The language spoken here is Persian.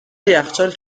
یخچال